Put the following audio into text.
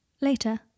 Later